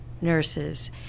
nurses